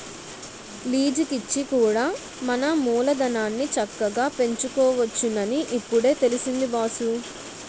లీజికిచ్చి కూడా మన మూలధనాన్ని చక్కగా పెంచుకోవచ్చునని ఇప్పుడే తెలిసింది బాసూ